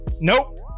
Nope